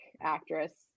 actress